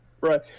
Right